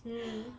mm